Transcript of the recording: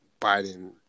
Biden